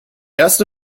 erste